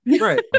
Right